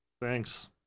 thanks